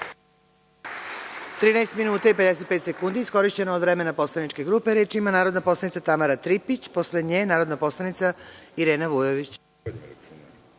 13 minuta i 55 sekundi od vremena poslaničke grupe. Reč ima narodna poslanica Tamara Tripić, a posle nje narodna poslanica Irena Vujović.